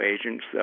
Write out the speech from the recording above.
agents